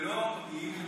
ולא מביאים